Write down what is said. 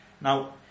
now